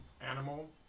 animal